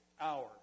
hour